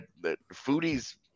foodie's